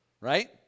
Right